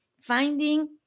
finding